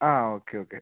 ആ okay okay